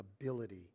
ability